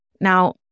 Now